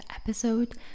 episode